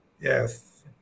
Yes